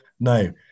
No